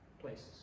places